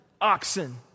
oxen